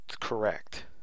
correct